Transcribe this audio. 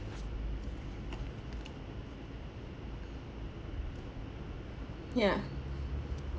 ya